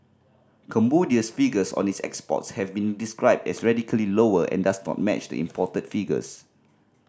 Cambodia's figures on its exports have been described as radically lower and does not match the imported figures